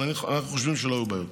אבל אנחנו חושבים שלא יהיו בעיות.